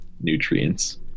nutrients